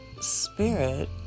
Spirit